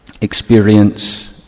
experience